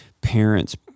parents